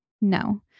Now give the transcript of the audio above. No